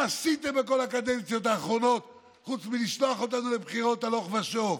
מה עשיתם בכל הקדנציות האחרונות חוץ מלשלוח אותנו לבחירות הלוך ושוב?